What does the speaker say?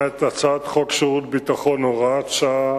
את הצעת חוק שירות ביטחון (הוראת שעה)